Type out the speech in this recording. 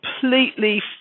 completely